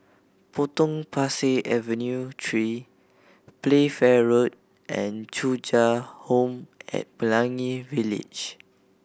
Potong Pasir Avenue Three Playfair Road and Thuja Home at Pelangi Village